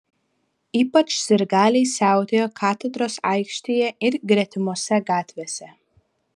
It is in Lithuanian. ypač sirgaliai siautėjo katedros aikštėje ir gretimose gatvėse